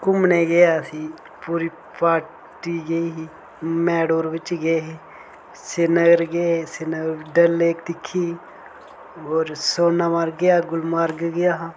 घुम्मनै गी गेआ ही पूरी पार्टी गेई ही मेटाडोर बिच गे हे सिरीनगर गे हे ते सिरीनगर डल लेक दिक्खी ही होर सोनमर्ग गेआ हा गुलमर्ग गेआ हा